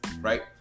right